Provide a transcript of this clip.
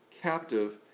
captive